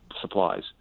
supplies